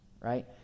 right